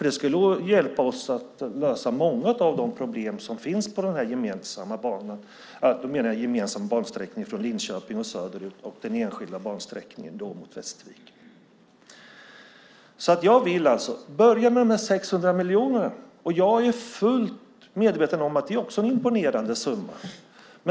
Det skulle hjälpa oss att lösa många av de problem som finns på den här gemensamma banan, och då menar jag den gemensamma bansträckningen från Linköping och söderut och den enskilda bansträckningen mot Västervik. Jag vill alltså att man börjar med dessa 600 miljoner. Jag är fullt medveten om att det också är en imponerande summa.